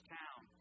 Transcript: town